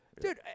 Dude